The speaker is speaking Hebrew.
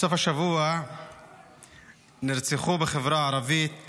בסוף השבוע נרצחו בחברה הערבית